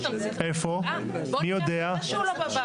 מי יודע איפה?